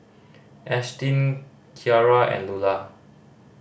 Ashtyn Kiarra and Lula